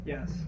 Yes